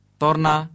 torna